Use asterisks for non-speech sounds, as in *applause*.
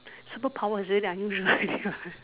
superpower is already unusual *laughs* already what